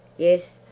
yes,